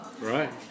Right